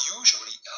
usually